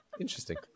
Interesting